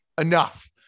enough